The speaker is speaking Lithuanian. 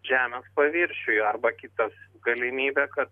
žemės paviršiuj arba kitas galimybė kad